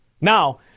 Now